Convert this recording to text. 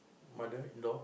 mother-in-law